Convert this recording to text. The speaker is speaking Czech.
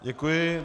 Děkuji.